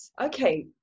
Okay